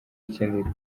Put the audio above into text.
ikindi